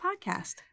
podcast